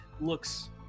looks